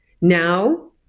now